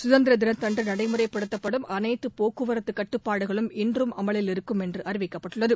சுதந்திதினத்தன்று நடைமுறைப்படுத்தப்படும் அளைத்து போக்குவரத்து கட்டுபாடுகளும் இன்றும் அமலில் இருக்கும் என்று அறிவிக்கப்பட்டுள்ளது